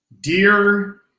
Dear